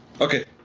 Okay